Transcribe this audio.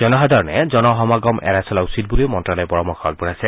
জনসাধাৰণে জনসমাগম এৰাই চলা উচিত বুলিও মন্ত্যালয়ে পৰামৰ্শ আগবঢ়াইছে